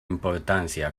importancia